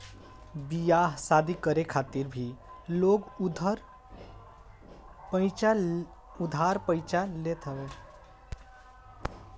बियाह शादी करे खातिर भी लोग उधार पइचा लेत हवे